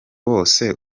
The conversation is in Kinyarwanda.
wose